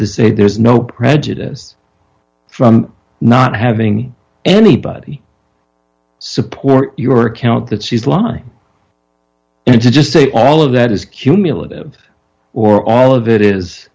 to say there is no prejudice from not having anybody support your account that she's lying and you just say all of that is cumulative or all of it